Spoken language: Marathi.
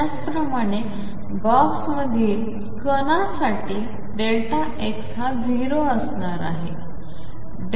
त्याचप्रमाणे बॉक्स मधील कणा साठी x हा 0असणार नाही